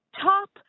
top